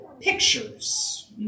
pictures